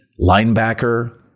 linebacker